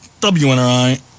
WNRI